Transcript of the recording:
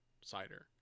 cider